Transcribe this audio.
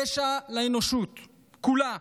פשע לאנושות כולה.